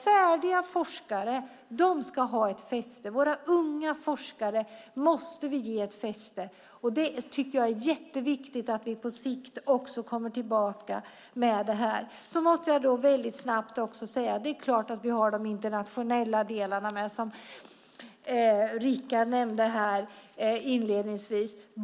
Färdiga forskare ska ha ett fäste. Våra unga forskare måste vi ge ett fäste. Det är jätteviktigt att vi på sikt kommer tillbaka till detta. Låt mig också säga att vi naturligtvis har med de internationella delarna som Richard nämnde inledningsvis.